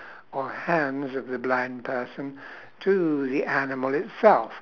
or hands of the blind person to the animal itself